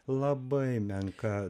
labai menka